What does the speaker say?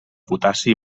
potassi